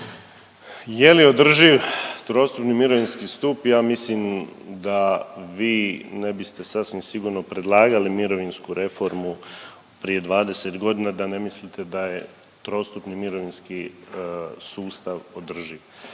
Je li održiv trostupni mirovinski stup ja mislim da vi ne biste sasvim sigurno predlagali mirovinsku reformu prije 20.g. da ne mislite da je trostupni mirovinski sustav održiv.